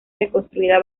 reconstruida